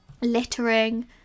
Littering